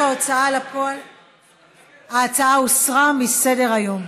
ההצעה הוסרה מסדר-היום.